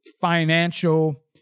financial